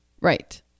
Right